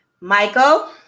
Michael